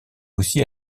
aussi